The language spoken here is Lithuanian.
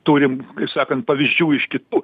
turim taip sakant pavyzdžių iš kitų